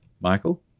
Michael